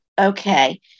Okay